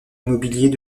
immobiliers